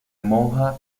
monja